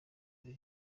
ari